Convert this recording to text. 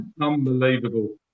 Unbelievable